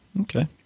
okay